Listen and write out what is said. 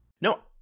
No